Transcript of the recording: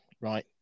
right